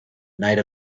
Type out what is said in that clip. night